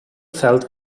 felt